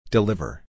Deliver